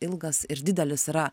ilgas ir didelis yra